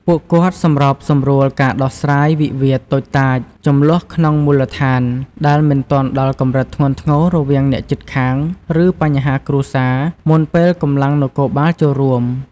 ពួកគាត់សម្របសម្រួលការដោះស្រាយវិវាទតូចតាច ជម្លោះក្នុងមូលដ្ឋានដែលមិនទាន់ដល់កម្រិតធ្ងន់ធ្ងរ រវាងអ្នកជិតខាង ឬបញ្ហាគ្រួសារ មុនពេលកម្លាំងនគរបាលចូលរួម។